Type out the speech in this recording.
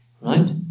Right